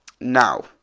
Now